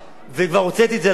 וכבר הוצאתי את זה לפועל.